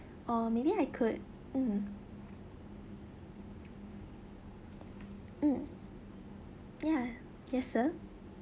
or maybe I could mm mm ya yes sir